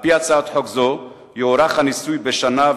על-פי הצעת חוק זו יוארך הניסוי בשנה,